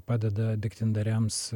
padeda degtindariams